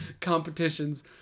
competitions